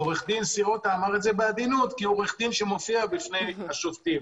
ועו"ד סירוטה אמר את זה בעדינות כי הוא עו"ד שמופיע בפני השופטים.